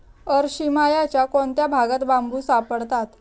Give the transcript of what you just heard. अरशियामाच्या कोणत्या भागात बांबू सापडतात?